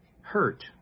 hurt